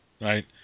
right